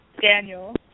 Daniel